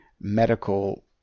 medical